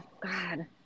God